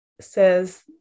says